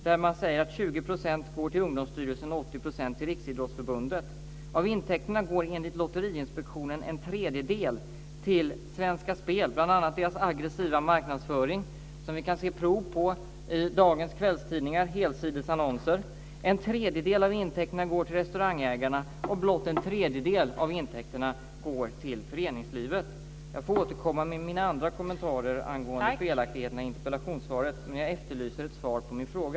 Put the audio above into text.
I svaret sägs att 20 % går till Av intäkterna går, enligt Lotteriinspektionen, en tredjedel till Svenska Spel, bl.a. till deras aggressiva marknadsföring som vi kan se prov på i dagens kvällstidningar i form av helsidesannonser. En tredjedel av intäkterna går till restaurangägarna och blott en tredjedel av intäkterna går till föreningslivet. Jag får återkomma med mina andra kommentarer angående felaktigheterna i interpellationssvaret. Jag efterlyser ett svar på min fråga.